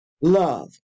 Love